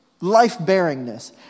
life-bearingness